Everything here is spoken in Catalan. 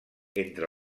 entre